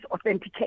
authenticate